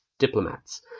diplomats